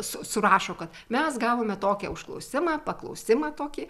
su surašo kad mes gavome tokį užklausimą paklausimą tokį